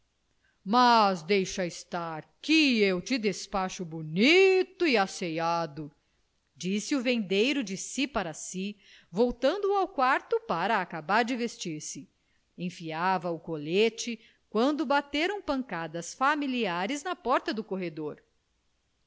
mas deixa estar que eu te despacho bonito e asseado disse o vendeiro de si para si voltando ao quarto para acabar de vestir-se enfiava o colete quando bateram pancadas familiares na porta do corredor